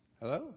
Hello